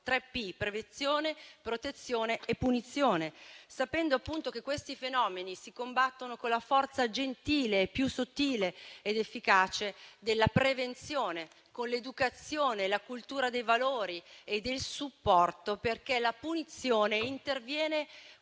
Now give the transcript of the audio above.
3 P: prevenzione, protezione e punizione. Sappiamo che questi fenomeni si combattono con la forza gentile, più sottile ed efficace della prevenzione, con l'educazione e la cultura dei valori e del supporto. La punizione interviene infatti